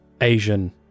Asian